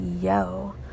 yo